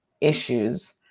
issues